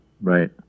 Right